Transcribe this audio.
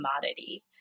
commodity